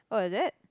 oh is it